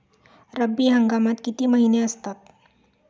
रब्बी हंगामात किती महिने असतात?